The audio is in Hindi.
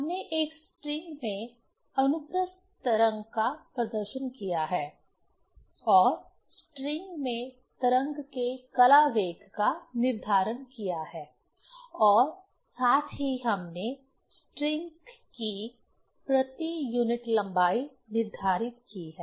हमने एक स्ट्रिंग में अनुप्रस्थ तरंग का प्रदर्शन किया है और स्ट्रिंग में तरंग के कला वेग का निर्धारण किया है और साथ ही हमने स्ट्रिंग की प्रति यूनिट लंबाई निर्धारित की है